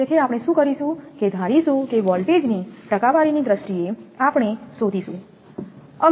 તેથી આપણે શું કરીશું કે ધારીશું કે વોલ્ટેજની ટકાવારીની દ્રષ્ટિએ આપણે શોધીશું